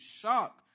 shock